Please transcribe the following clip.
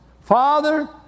Father